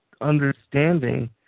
understanding